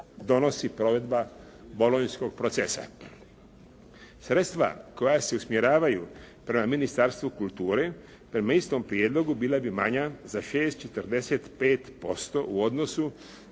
donosi provedba Bolonjskog procesa. Sredstva koja se usmjeravaju prema Ministarstvu kulture prema istom prijedlogu bila bi manja za 6,45% u odnosu